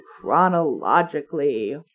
chronologically